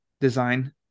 design